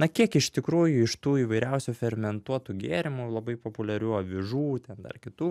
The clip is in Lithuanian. na kiek iš tikrųjų iš tų įvairiausių fermentuotų gėrimų labai populiarių avižų ten dar kitų